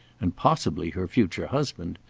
and possibly her future husband,